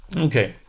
Okay